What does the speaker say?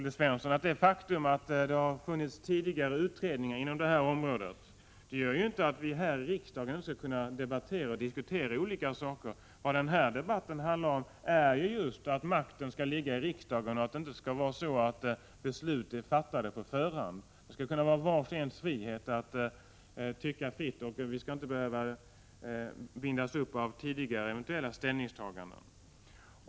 Det faktum att det har funnits tidigare utredningar på detta område, Olle Svensson, gör ju inte att vi inte här i riksdagen skulle kunna debattera olika saker. Debatten handlar just om att makten skall ligga i riksdagen och att det inte skall vara så att beslut är fattade på förhand. Det skall vara vars och ens rättighet att tycka fritt, och vi skall inte behöva bindas upp av eventuella tidigare ställningstaganden.